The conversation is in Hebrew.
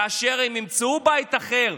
כאשר הם ימצאו בית אחר,